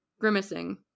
grimacing